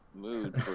mood